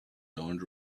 don’t